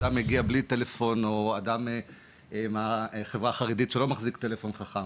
אדם מגיע בלי טלפון או אדם מהחברה החרדית שלא מחזיק טלפון חכם,